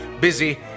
busy